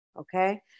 okay